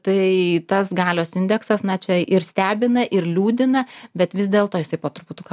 tai tas galios indeksas na čia ir stebina ir liūdina bet vis dėlto jisai po truputuką